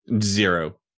Zero